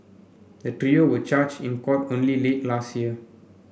the trio were charge in court only late last year